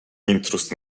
intruz